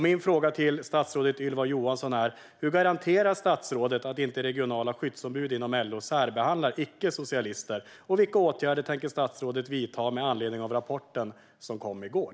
Min fråga till statsrådet Ylva Johansson är: Hur garanterar statsrådet att inte regionala skyddsombud inom LO särbehandlar icke-socialister, och vilka åtgärder tänker statsrådet vidta med anledning av rapporten som kom i går?